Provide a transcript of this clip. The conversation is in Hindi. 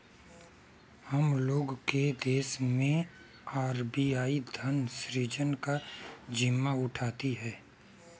हम लोग के देश मैं आर.बी.आई धन सृजन का जिम्मा उठाती है